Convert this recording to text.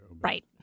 Right